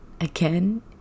again